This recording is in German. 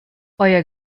euer